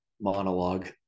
monologue